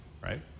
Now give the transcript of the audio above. right